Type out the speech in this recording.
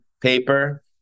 paper